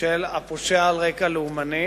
של הפושע על רקע לאומני.